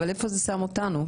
איפה זה שם אותנו?